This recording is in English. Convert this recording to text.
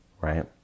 right